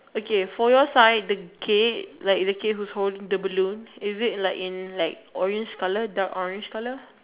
okay for your side the kid like the kid whose holding the balloons is it like in like orange colour dark orange colour